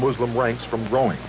muslim ranks from growing